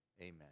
Amen